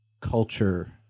culture